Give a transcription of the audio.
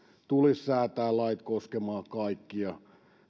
tulisi säätää lait koskemaan kaikkia